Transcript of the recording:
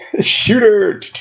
Shooter